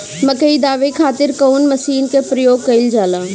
मकई दावे खातीर कउन मसीन के प्रयोग कईल जाला?